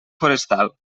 forestal